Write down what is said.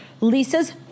Lisa's